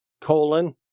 colon